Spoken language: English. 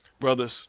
brothers